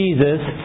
Jesus